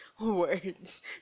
words